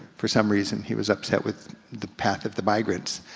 for some reason he was upset with the path of the migrants.